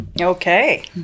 Okay